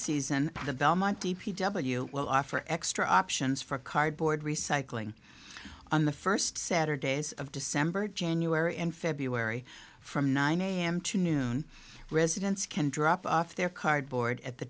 season the belmont d p w will offer extra options for cardboard recycling on the first saturdays of december january and february from nine am to noon residents can drop off their cardboard at the